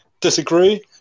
disagree